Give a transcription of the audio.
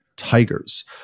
Tigers